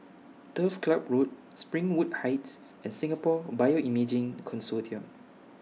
Turf Club Road Springwood Heights and Singapore Bioimaging Consortium